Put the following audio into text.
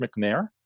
McNair